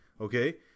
okay